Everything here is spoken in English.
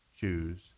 choose